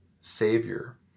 savior